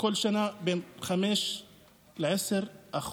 כל שנה ב-5% 10%,